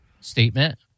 statement